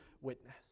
witness